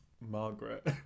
Margaret